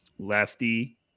lefty